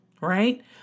right